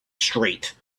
straight